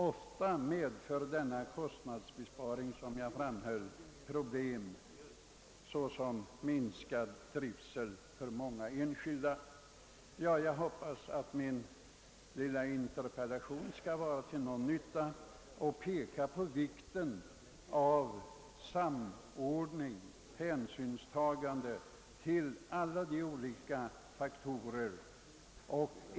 Ofta medför denna kostnadsbesparing, som jag framhöll, problem som innebär minskad trivsel för många enskilda. Jag hoppas att interpellationen skall ha gjort någon nytta, och jag understryker det angelägna i att samordningen innefattar hänsynstagande till alla olika faktorer.